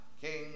king